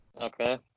Okay